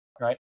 right